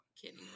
kidding